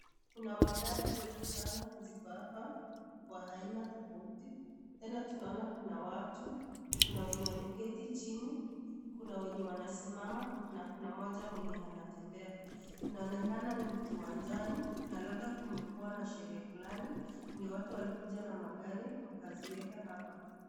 Kuna magari mengi sanaa ziko hapa za aina tofauti. Tena tunaona kuna watu, kuna wenye wameketi chini, kuna wenye wamesimama na kuna mmoja anatembea. Inaonekana ni kiwanjani na labda kumekua na sherehe fulani ndio watu walikuja na magari wakaziweka hapa.